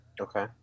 Okay